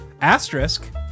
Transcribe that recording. Asterisk